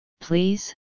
please